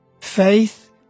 Faith